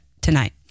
tonight